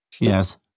Yes